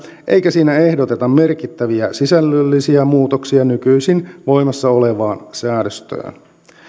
eikä siinä ehdoteta merkittäviä sisällöllisiä muutoksia nykyisin voimassa olevaan säädöstöön